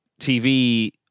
TV